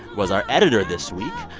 was our editor this week.